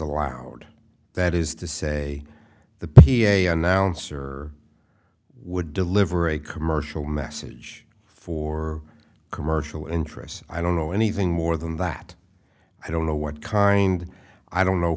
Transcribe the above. allowed that is to say the p a announcer would deliver a commercial message for commercial interests i don't know anything more than that i don't know what kind i don't know